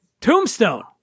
Tombstone